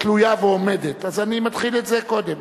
תלויה ועומדת, אז אני מתחיל את זה קודם.